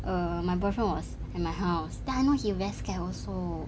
err my boyfriend was in my house then I know he very scared also